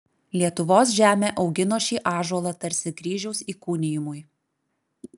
lietuvos žemė augino šį ąžuolą tarsi kryžiaus įkūnijimui